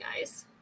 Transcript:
guys